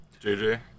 JJ